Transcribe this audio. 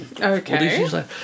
Okay